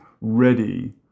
ready